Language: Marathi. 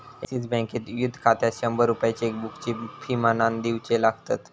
एक्सिस बँकेत युथ खात्यात शंभर रुपये चेकबुकची फी म्हणान दिवचे लागतत